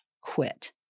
quit